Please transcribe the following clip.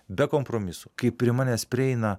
be kompromisų kai prie manęs prieina